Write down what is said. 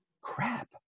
crap